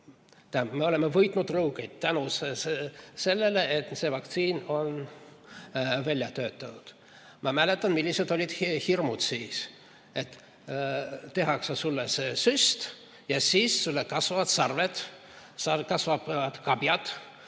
me oleme võitnud rõuged, tänu sellele, et see vaktsiin sai välja töötatud. Ma mäletan, millised olid hirmud siis. Näiteks, et tehakse sulle see süst ja siis kasvavad sulle sarved või kasvavad kabjad.